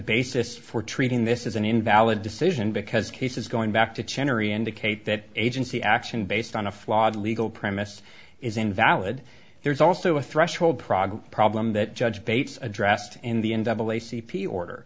basis for treating this as an invalid decision because cases going back to cherry indicate that agency action based on a flawed legal premise is invalid there's also a threshold progs problem that judge bates addressed in the in double a c p order